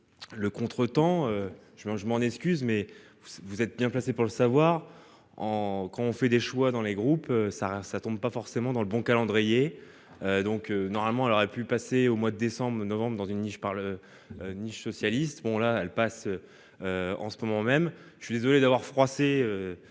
Le contretemps je m'je m'en excuse mais vous vous êtes bien placé pour le savoir en quand on fait des choix dans les groupes ça ça tombe pas forcément dans le bon calendrier. Donc normalement elle aurait pu passer au mois de décembre, novembre dans une niche par. Niche socialiste bon là elle passe. En ce moment même, je suis désolée d'avoir froissé.